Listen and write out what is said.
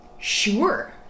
Sure